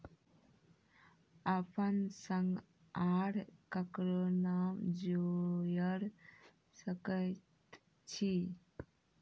अपन संग आर ककरो नाम जोयर सकैत छी?